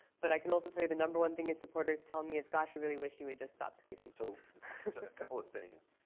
but i can also tell you the number one thing his supporters tell me is gosh, i really wish he would just stop tweeting. so a couple of things.